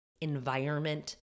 environment